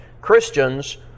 Christians